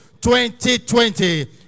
2020